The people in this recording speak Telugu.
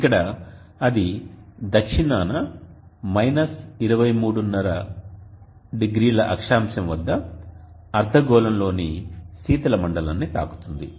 ఇక్కడ అది దక్షిణాన 23½0 అక్షాంశం వద్ద అర్థగోళంలోని శీతలమండలాన్ని తాకుతుంది